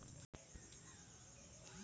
पीलिया के उपाय कई से करी?